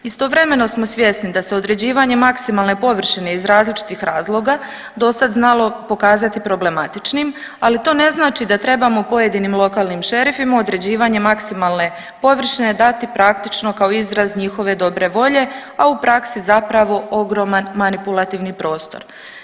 Istovremeno smo svjesni da se određivanje maksimalne površine iz različitih razloga do sada znalo pokazati problematičnim, ali to ne znači da trebamo pojedinim lokalnim šerifima određivanje maksimalne površine dati praktično kao izraz njihove dobre volje, a u praksi zapravo ogroman manipulativan prostor.